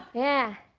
yeah,